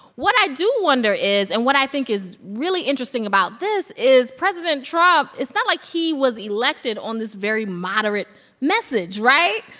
what i do wonder is and what i think is really interesting about this is president trump it's not like he was elected on this very moderate message, right?